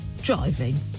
Driving